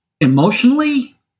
emotionally